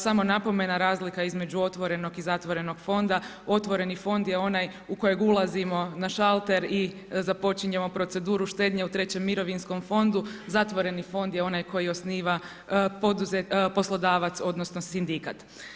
Samo napomena, razlika između otvorenog i zatvorenog fonda, otvoreni fond je onaj u kojeg ulazimo na šalter i započinjemo proceduru štednje u trećem mirovinskom fondu, zatvoreni fond je onaj koji osniva poslodavac odnosno sindikat.